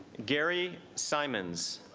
gary simons